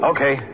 Okay